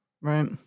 Right